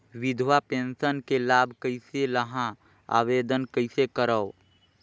विधवा पेंशन के लाभ कइसे लहां? आवेदन कइसे करव?